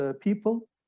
people